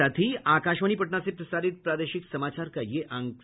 इसके साथ ही आकाशवाणी पटना से प्रसारित प्रादेशिक समाचार का ये अंक समाप्त हुआ